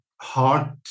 hard